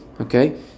Okay